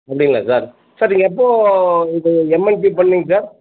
அப்படிங்களா sir sir நீங்கள் எப்போது இது எம்என்பி பண்ணீங்க சார்